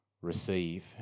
receive